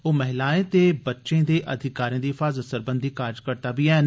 ओह् महिलाएं ते बच्चें दे अधिकारें दी हिफाज़त सरबंधी कार्यकर्ता बी हैन